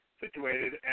situated